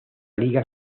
liga